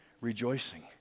rejoicing